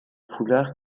foulard